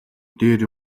дээр